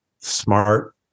smart